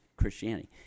Christianity